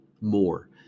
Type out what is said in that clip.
more